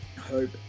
Hope